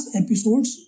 episodes